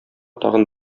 тагын